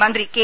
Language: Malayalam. മന്ത്രി കെ